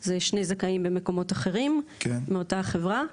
זה שני זכאים במקומות אחרים, מאותה חברה.